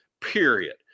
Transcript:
period